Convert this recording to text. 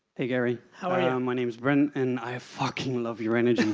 hey gary. how are you? my name is bren, and i fucking love your energy.